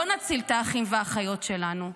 לא נציל את האחים והאחיות שלנו.